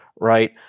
right